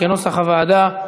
כנוסח הוועדה.